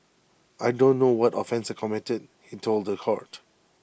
I don't know what offence I committed he told The Court